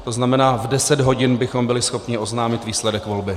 To znamená, že v 10 hodin bychom byli schopni oznámit výsledek volby.